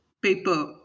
paper